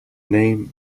name